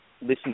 listen